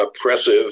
oppressive